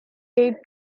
eight